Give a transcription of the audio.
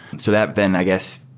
so that then i guess,